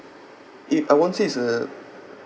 i~ I won't say it's a